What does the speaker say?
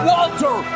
Walter